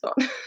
on